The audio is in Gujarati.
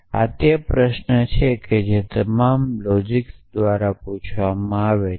આ તે જ પ્રશ્ન છે જે તમામ લોજિસ્ટ્સ દ્વારા પૂછવામાં આવે છે